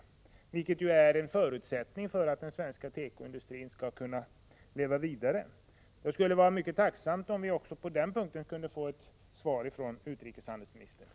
Sådana begränsningar är en förutsättning för att den svenska tekoindustrin skall kunna leva vidare. Jag skulle vara mycket tacksam om vi också på den punkten kunde få ett svar från utrikeshandelsministern.